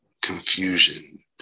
confusion